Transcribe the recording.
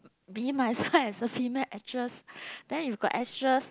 me myself as a female actress then if got extras